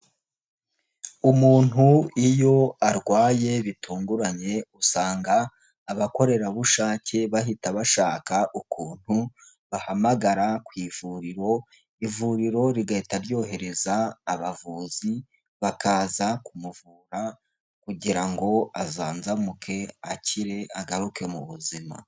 Umuntu iyo arwaye bitunguranye, usanga abakorerabushake bahita bashaka ukuntu bahamagara ku ivuriro, ivuriro rigahita ryohereza abavuzi bakaza kumuvura kugira ngo azanzamuke akire, agaruke mu buzima.